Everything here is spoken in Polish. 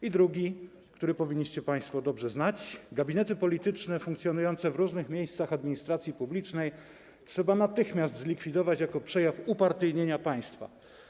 I drugi, który powinniście państwo dobrze znać: Gabinety polityczne funkcjonujące w różnych miejscach administracji publicznej trzeba natychmiast zlikwidować jako przejaw upartyjnienia państwa.